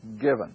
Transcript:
given